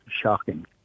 shocking